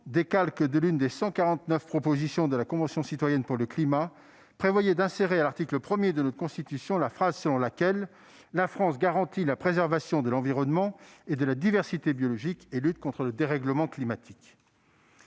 décalque de l'une des 149 propositions de la Convention citoyenne pour le climat, prévoyait d'insérer à l'article 1 de notre Constitution une phrase selon laquelle la France « garantit la préservation de l'environnement et de la diversité biologique et lutte contre le dérèglement climatique.